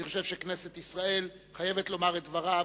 אני חושב שכנסת ישראל חייבת לומר את דברה,